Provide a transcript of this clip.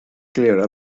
clear